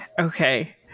okay